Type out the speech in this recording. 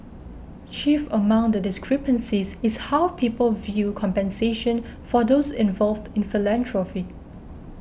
chief among the discrepancies is how people view compensation for those involved in philanthropy